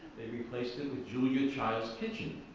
they replaced it with julia child's kitchen.